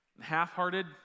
half-hearted